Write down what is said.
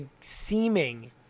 seeming